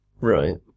Right